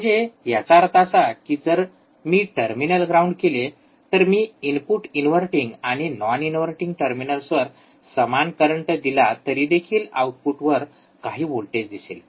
म्हणजे याचा अर्थ असा की मी जर टर्मिनल ग्राउंड केले तर मी इनपुट इनव्हर्टिंग आणि नॉन इनव्हर्टिंग टर्मिनल्सवर समान करंट दिला तरी देखील आउटपुटवर काही व्होल्टेज दिसेल